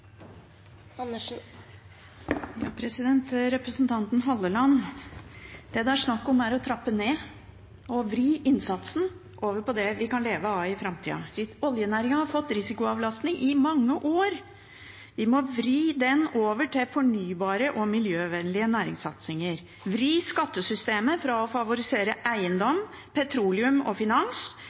representanten Halleland: Det det er snakk om, er å trappe ned og vri innsatsen over på det vi kan leve av i framtida. Oljenæringen har fått risikoavlastning i mange år. Vi må vri den over til fornybare og miljøvennlige næringssatsinger, vri skattesystemet fra å favorisere eiendom, petroleum og finans